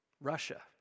Russia